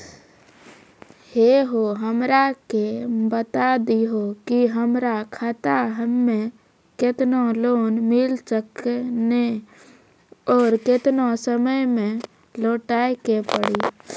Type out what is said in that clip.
है हो हमरा के बता दहु की हमार खाता हम्मे केतना लोन मिल सकने और केतना समय मैं लौटाए के पड़ी?